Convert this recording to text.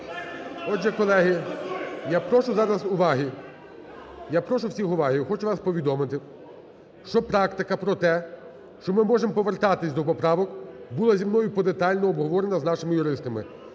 Отже, колеги, я прошу зараз уваги. Я прошу всіх уваги. Я хочу вас повідомити, що практика про те, що ми можемо повертатись до поправок, була зі мною подетально обговорено з нашими юристами.